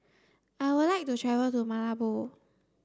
I would like to travel to Malabo